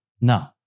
No